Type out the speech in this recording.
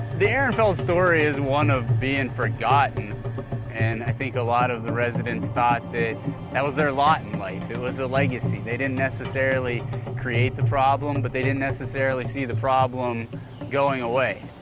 the ehrenfeld story is one of being forgotten and i think a lot of the residents thought that that was their lot in life. it was their ah legacy. they didn't necessarily create the problem, but they didn't necessarily see the problem going away.